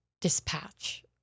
dispatch